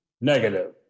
Negative